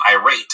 irate